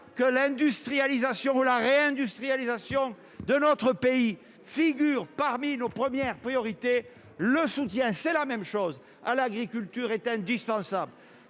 que l'industrialisation ou la réindustrialisation de notre pays figurent parmi nos premières priorités le soutien, c'est la même chose à l'agriculture est indispensable,